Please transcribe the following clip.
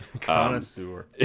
Connoisseur